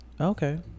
Okay